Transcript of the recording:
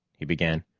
he began.